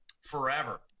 forever